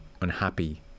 unhappy